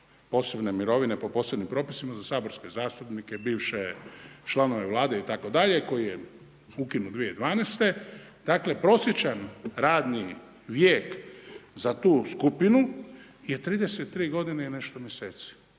posebne mirovine po posebnim propisima za saborske zastupnike, bivše članove Vlade i tako dalje, koji je ukinut 2012. dakle, prosječan radni vijek za tu skupinu je 33 godine i nešto mjeseci.